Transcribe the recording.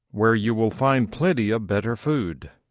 where you will find plenty of better food.